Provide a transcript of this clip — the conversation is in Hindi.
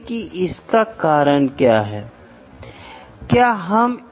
तो इसका उपयोग आंतरिक माप के लिए किया जाता है और बाहरी माप के लिए इसका उपयोग किया जाता है